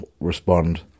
respond